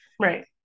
Right